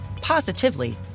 positively